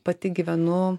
pati gyvenu